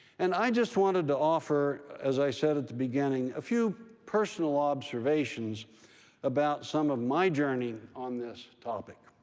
and i just wanted to offer, as i said at the beginning, a few personal observations about some of my journey on this topic.